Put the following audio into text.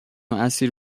اسیر